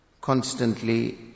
constantly